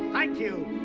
i do